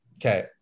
okay